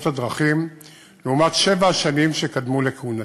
הדרכים לעומת שבע השנים שקדמו לכהונתי.